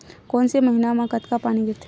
कोन से महीना म कतका पानी गिरथे?